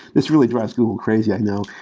this really drives google crazy, i know.